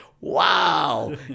wow